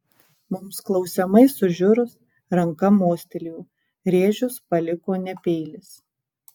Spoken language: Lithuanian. mums klausiamai sužiurus ranka mostelėjo rėžius paliko ne peilis